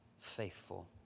faithful